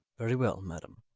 very well, madam.